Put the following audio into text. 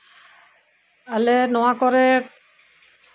ᱟᱞᱮ ᱱᱚᱣᱟ ᱠᱚᱨᱮ